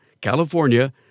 California